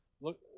look